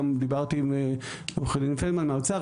דיברתי גם עם עורכת הדין פלדמן מהאוצר,